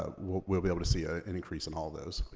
ah we'll we'll be able to see ah an increase in all those.